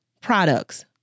products